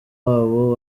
wabo